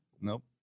nope